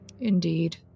Indeed